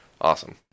Awesome